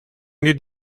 did